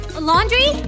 Laundry